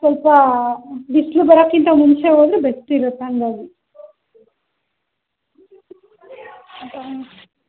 ಸ್ವಲ್ಪ ಬಿಸಿಲು ಬರೋಕ್ಕಿಂತ ಮುಂಚೆ ಹೋದರೆ ಬೆಸ್ಟಿರತ್ತೆ ಹಾಗಾಗಿ